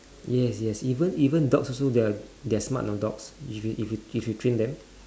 yes yes even even dogs also they are they are smart you know dogs if you if you if you train them